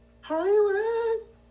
Hollywood